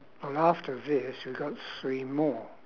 or after this we got three more